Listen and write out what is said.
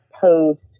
post